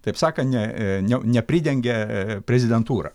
taip sakant ee ne nepridengia ee prezidentūra